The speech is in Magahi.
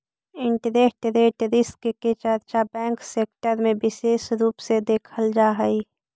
इंटरेस्ट रेट रिस्क के चर्चा बैंक सेक्टर में विशेष रूप से देखल जा हई